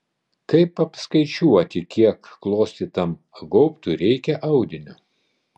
kaip apskaičiuoti kiek klostytam gaubtui reikia audinio